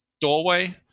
doorway